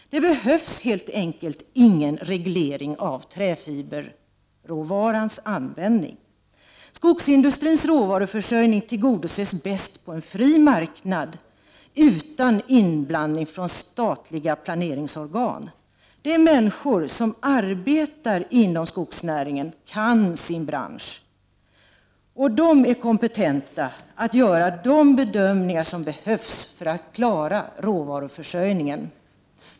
Det behövs helt enkelt ingen reglering av träfiberråvarans användning. Skogsindustrins råvaruförsörjning tillgodoses bäst på en fri marknad utan inblandning från statliga planeringsorgan. De människor som arbetar inom skogsnäringen kan sin bransch. De är kompetenta att göra de bedömningar som behövs för att klara råvaruförsörjningen.